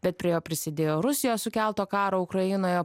bet priė jo prisidėjo rusijos sukelto karo ukrainoje